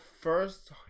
first